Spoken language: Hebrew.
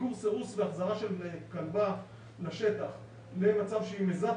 עיקור סירוס והחזרה של כלבה לשטח למצב שהיא מזת